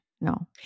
no